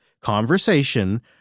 conversation